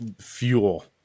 fuel